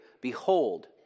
behold